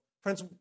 Friends